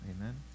Amen